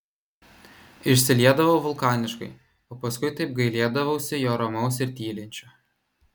išsiliedavau vulkaniškai o paskui taip gailėdavausi jo ramaus ir tylinčio